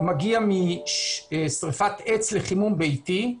מגיע משריפת עץ לחימום ביתי,